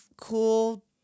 cool